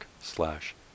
slash